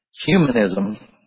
humanism